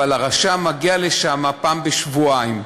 אבל הרשם מגיע לשם פעם בשבועיים.